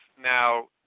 Now